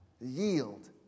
yield